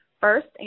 first